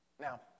Now